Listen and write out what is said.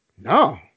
No